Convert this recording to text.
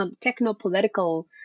techno-political